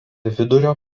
vidurio